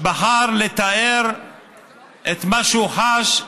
בחר לתאר את מה שהוא חש,